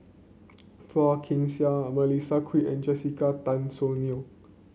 Phua Kin Siang Melissa Kwee and Jessica Tan Soon Neo